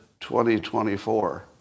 2024